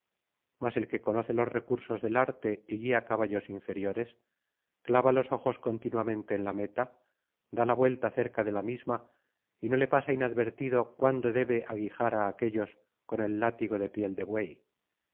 mas el que conoce los recursos del arte y guía caballos inferiores clava los ojos continuamente en la meta da la vuelta cerca de la misma y no le pasa inadvertido cuándo debe aguijar á aquéllos con el látigo de piel de buey